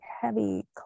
heavy